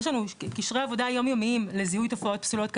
יש לנו קשרי עבודה יום-יומיות לזיהוי תופעות פסולות כאלה.